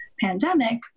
pandemic